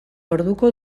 orduko